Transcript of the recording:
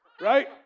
Right